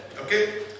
Okay